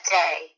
day